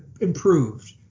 improved